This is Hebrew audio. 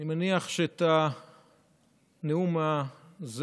אני מניח שאת הנאום הזה,